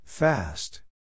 Fast